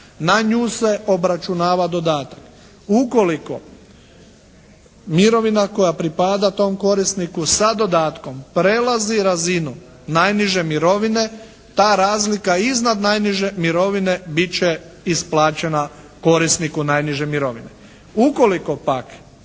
Na nju se obračunava dodatak. Ukoliko mirovina koja pripada tom korisniku sa dodatkom prelazi razinu najniže mirovine ta razlika iznad najniže mirovine bit će isplaćena korisniku najniže mirovine.